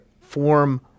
form